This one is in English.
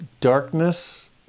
Darkness